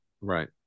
Right